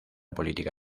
política